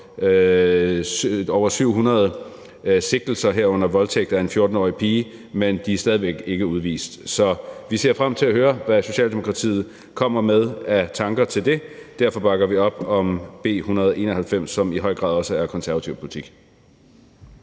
over 700 sigtelser, herunder for voldtægt af en 14-årig pige. Men de er stadig væk ikke udvist. Så vi ser frem til at høre, hvad Socialdemokratiet kommer med af tanker om det. Derfor bakker vi op om B 191, som i høj grad også er konservativ politik.